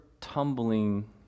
tumbling